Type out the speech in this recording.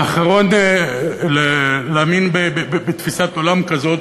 האחרון להאמין בתפיסת עולם כזו,